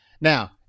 Now